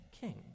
king